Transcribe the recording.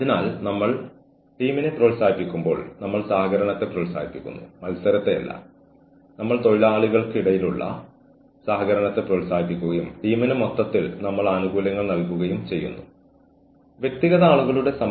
ചില കാര്യങ്ങളെക്കുറിച്ച് നിങ്ങളോട് സംസാരിക്കാൻ നിങ്ങളുടെ ഓഫീസിലേക്ക് വരാൻ വ്യക്തി ബുദ്ധിമുട്ട് നേരിട്ടിട്ടുണ്ടെങ്കിൽ ദയവായി പ്രശ്നം തള്ളിക്കളയരുത്